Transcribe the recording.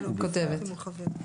כן, ובפרט אם הוא חבר.